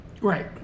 Right